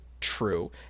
true